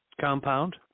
compound